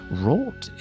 wrought